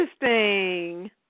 interesting